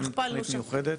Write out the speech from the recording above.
עשיתם תוכנית מיוחדת?